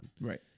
Right